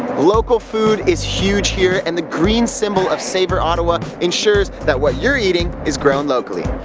local food is huge here and the green symbol of savour ottawa ensures that what you're eating is grown locally.